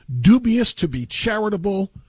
dubious-to-be-charitable